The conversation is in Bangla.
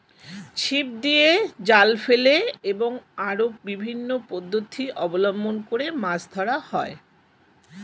ছিপ দিয়ে, জাল ফেলে এবং আরো বিভিন্ন পদ্ধতি অবলম্বন করে মাছ ধরা হয়